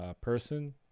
person